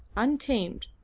untamed,